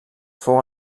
fou